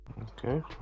Okay